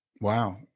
Wow